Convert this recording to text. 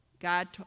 God